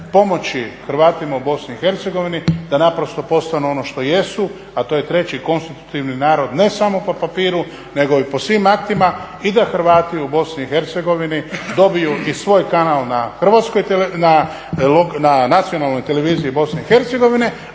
pomoći Hrvatima u BiH da postanu ono što jesu, a to je treći konstitutivni narod ne samo po papiru nego i po svim aktima i da Hrvati u BiH dobiju i svoj kanal na nacionalnoj televiziji BiH,